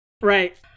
right